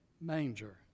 manger